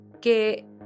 Que